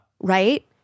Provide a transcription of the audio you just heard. Right